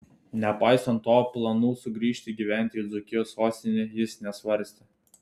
nepaisant to planų sugrįžti gyventi į dzūkijos sostinę jis nesvarstė